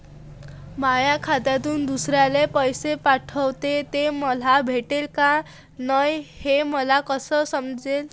माया खात्यातून दुसऱ्याले पैसे पाठवले, ते त्याले भेटले का नाय हे मले कस समजन?